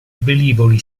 velivoli